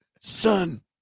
Son